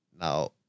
now